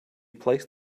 placed